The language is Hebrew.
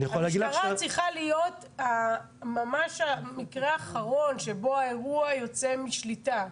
המשטרה צריכה להיות ממש המקרה האחרון שבו האירוע יוצא משליטה.